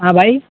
ہاں بھائی